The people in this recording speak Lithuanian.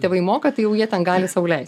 tėvai moka tai jau jie ten gali sau leist